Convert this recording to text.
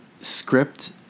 script